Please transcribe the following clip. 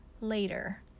later